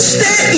Stay